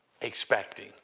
expecting